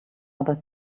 other